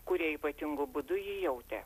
kurie ypatingu būdu jį jautė